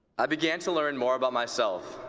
i began to learn more about myself,